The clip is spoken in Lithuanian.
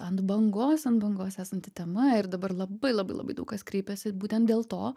ant bangos ant bangos esanti tema ir dabar labai labai labai daug kas kreipiasi būtent dėl to